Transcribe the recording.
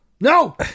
no